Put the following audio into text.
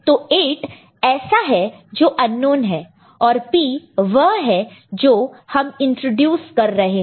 तो 8 ऐसा है जो अननोन है और P वह है जो हम इंट्रोड्यूस कर रहे हैं